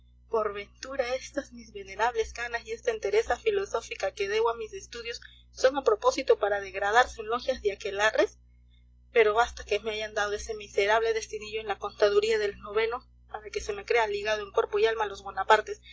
por ventura estas mis venerables canas y esta entereza filosófica que debo a mis estudios son a propósito para degradarse en logias y aquelarres pero basta que me hayan dado ese miserable destinillo en la contaduría del noveno para que se me crea ligado en cuerpo y alma a los bonapartes